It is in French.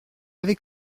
avait